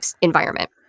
environment